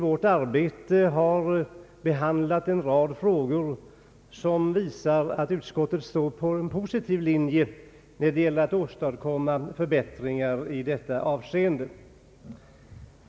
Vid behandlingen av en rad frågor har utskottet visat att det går på en positiv linje när det gäller att åstadkomma förbättringar i detta avseende.